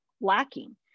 lacking